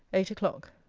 eight o'clock.